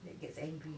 that gets angry